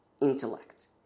intellect